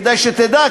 כדאי שתדע,